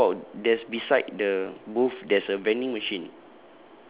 then how about there's beside the booth there's a vending machine